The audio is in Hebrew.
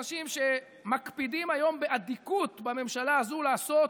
האנשים שמקפידים היום באדיקות בממשלה הזו לעשות